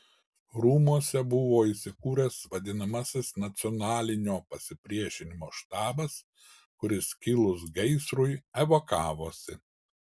rūmuose buvo įsikūręs vadinamasis nacionalinio pasipriešinimo štabas kuris kilus gaisrui evakavosi